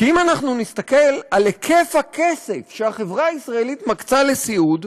כי אם אנחנו נסתכל על היקף הכסף שהחברה הישראלית מקצה לסיעוד,